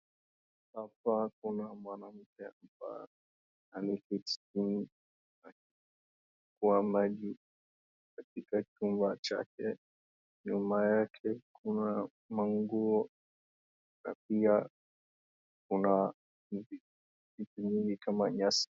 Hapa kuna mwanamke ambaye ameketi chini akiokota maji katika chupa yake. Nyuma yake kuna manguo na pia kuna vitu vingi kama nyasi.